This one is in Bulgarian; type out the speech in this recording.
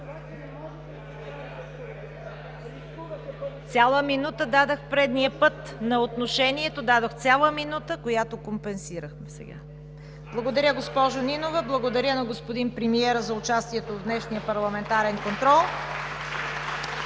Цяла минута дадох предния път. На отношението дадох цяла минута, която компенсирахме сега. Благодаря, госпожо Нинова. Благодаря на господин премиера за участието в днешния парламентарен контрол.